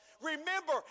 Remember